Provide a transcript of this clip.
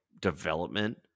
development